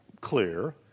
clear